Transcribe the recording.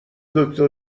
دکتر